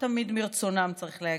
לא תמיד מרצונם, צריך להגיד,